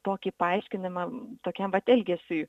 tokį paaiškinimą tokiam vat elgesiui